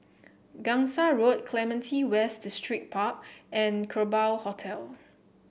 Gangsa Road Clementi West Distripark and Kerbau Hotel